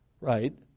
Right